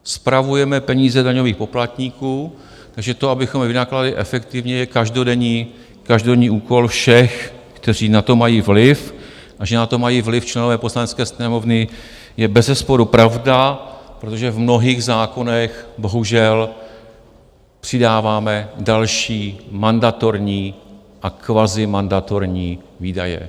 Spravujeme peníze daňových poplatníků, takže to, abychom je vynakládali efektivně, je každodenní úkol všech, kteří na to mají vliv a že na to mají vliv členové Poslanecké sněmovny, je bezesporu pravda, protože v mnohých zákonech bohužel přidáváme další mandatorní a kvazimandatorní výdaje.